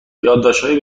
یادداشتهای